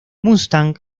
mustang